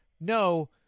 no